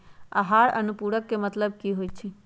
आहार अनुपूरक के मतलब की होइ छई?